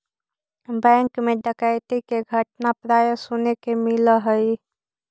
bank मैं डकैती के घटना प्राय सुने के मिलऽ हइ